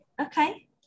Okay